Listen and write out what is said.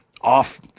off